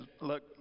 look